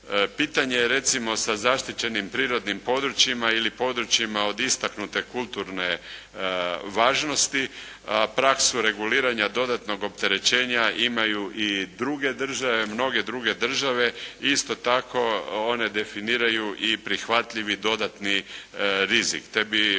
Pitanje je recimo sa zaštićenim prirodnim područjima ili područjima od istaknute kulturne važnosti, a praksu reguliranja dodatnog opterećenja imaju i druge države. Mnoge druge države isto tako one definiraju i prihvatljivi dodatni rizik